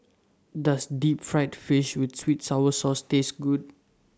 Does Deep Fried Fish with Sweet Sour Sauce Taste Good